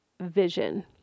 vision